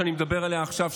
שאני מדבר עליה עכשיו,